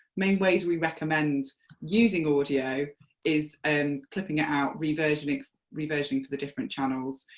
main ways we recommend using audio is and clipping it out, reversioning reversioning for the different channels,